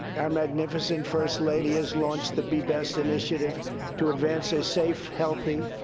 our magnificent first lady has launched the be best initiative to advance a safe, healthy,